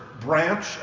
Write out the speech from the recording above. branch